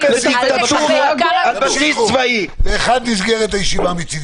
תנו פעם אחת לסגור את האירוע הזה,